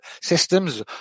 systems